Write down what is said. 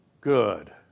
good